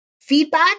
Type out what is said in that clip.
feedback